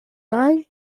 nine